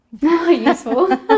useful